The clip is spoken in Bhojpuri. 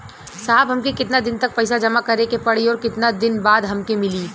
साहब हमके कितना दिन तक पैसा जमा करे के पड़ी और कितना दिन बाद हमके मिली?